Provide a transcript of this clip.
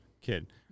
kid